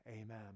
amen